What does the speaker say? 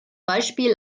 beispiel